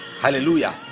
hallelujah